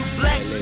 black